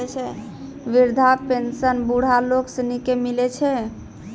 वृद्धा पेंशन बुढ़ा लोग सनी के मिलै छै